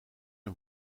een